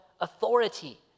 authority